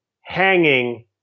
hanging